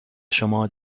شما